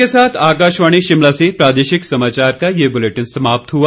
इसी के साथ आकाशवाणी शिमला से प्रादेशिक समाचार का ये बुलेटिन समाप्त हुआ